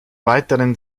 weiteren